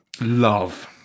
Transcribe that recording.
Love